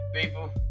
people